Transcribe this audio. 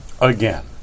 Again